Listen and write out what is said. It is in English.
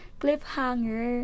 cliffhanger